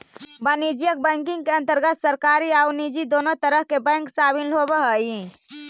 वाणिज्यिक बैंकिंग के अंतर्गत सरकारी आउ निजी दुनों तरह के बैंक शामिल होवऽ हइ